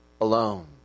alone